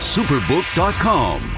Superbook.com